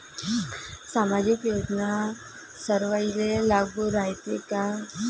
सामाजिक योजना सर्वाईले लागू रायते काय?